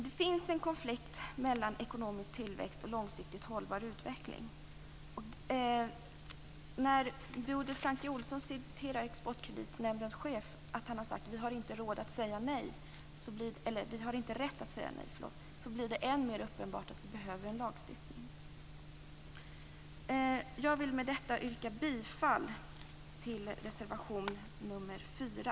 Det finns en konflikt mellan ekonomisk tillväxt och långsiktigt hållbar utveckling. När Bodil Francke Ohlsson citerar Exportkreditnämndens chef och säger att han har sagt att vi inte har rätt att säga nej, blir det än mer uppenbart att vi behöver en lagstiftning. Jag vill med detta yrka bifall till reservation 4.